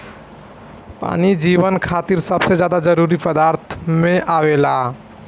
पानी जीवन खातिर सबसे ज्यादा जरूरी पदार्थ में आवेला